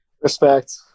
Respect